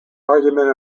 argument